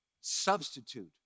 substitute